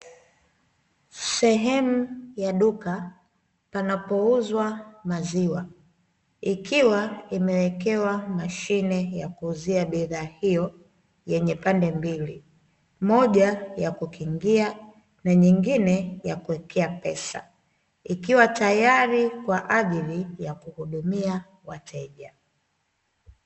Sehemu ya duka panapouzwa maziwa, ikiwa imewekewa mashine ya kuuzia bidhaa hiyo yenye pande mbili: moja ya kukingia na nyingine ya kuwekea pesa. Ikiwa tayari kwa ajili ya kuhudumia wateja .